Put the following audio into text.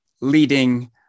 leading